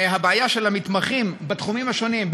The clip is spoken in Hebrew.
הבעיה של המתמחים בתחומים השונים,